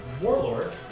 Warlord